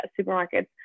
supermarkets